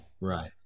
Right